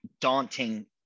daunting